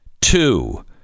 Two